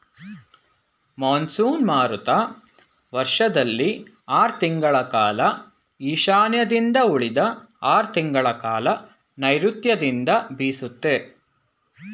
monsoon ಮಾರುತ ವರ್ಷದಲ್ಲಿ ಆರ್ ತಿಂಗಳ ಕಾಲ ಈಶಾನ್ಯದಿಂದ ಉಳಿದ ಆರ್ ತಿಂಗಳಕಾಲ ನೈರುತ್ಯದಿಂದ ಬೀಸುತ್ತೆ